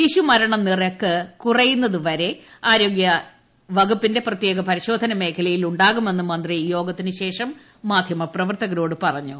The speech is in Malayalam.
ശിശുമരണ നിരക്ക് കുറയുന്നതുവരെ ആരോഗ്യവകുപ്പിന്റെ പ്രത്യേക പരിശോധന മേഖലയിൽ ഉണ്ടാകുമെന്ന് മന്ത്രി യോഗത്തിനു ശേഷം മാധ്യമ പ്രവർത്തകരോട് പറഞ്ഞു